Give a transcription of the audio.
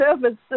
service